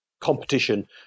competition